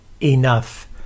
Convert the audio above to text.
enough